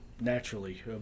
naturally